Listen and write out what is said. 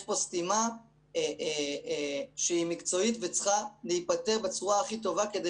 יש פה סתימה מקצועית שצריכה להיפתר בצורה הכי טובה כדי